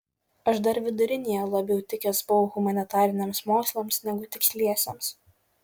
aš dar vidurinėje labiau tikęs buvau humanitariniams mokslams negu tiksliesiems